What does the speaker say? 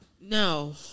No